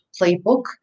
playbook